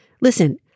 Listen